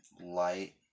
light